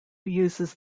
uses